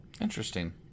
Interesting